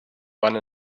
one